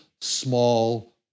small